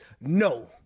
No